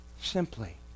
Simply